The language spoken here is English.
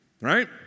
Right